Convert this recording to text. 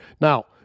Now